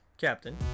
Captain